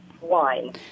wine